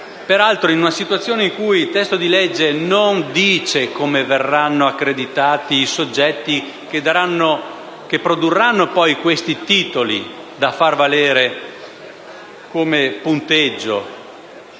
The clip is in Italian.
Peraltro, il testo di legge non dice come verranno accreditati i soggetti che produrranno questi titoli da far valere come punteggio.